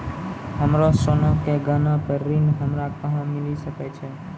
हमरो सोना के गहना पे ऋण हमरा कहां मिली सकै छै?